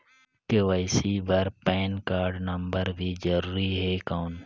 KYC बर PAN card number भी जरूरी हे कौन?